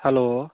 hello